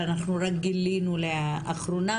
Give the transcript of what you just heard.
אנחנו רק גילינו לאחרונה,